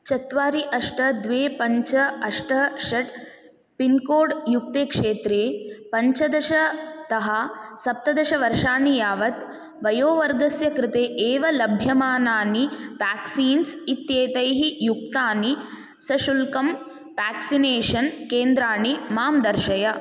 चत्वारि अष्ट द्वे पञ्च अष्ट षट् पिन्कोड्युक्ते क्षेत्रे पञ्चदशतः सप्तदशवर्षाणि यावत् वयोवर्गस्य कृते एव लभ्यमानानि व्याक्सीन्स् इत्येतैः युक्तानि सशुल्कं व्याक्सिनेशन् केन्द्राणि मां दर्शय